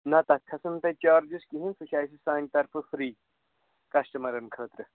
نہٕ تتھ کھسَن نہٕ تۄہہِ چارجس کِہِنۍ سُہ چھِ اسہِ سانہِ طرفہٕ فِری کشٹَمرَن خٲطرٕ